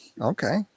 Okay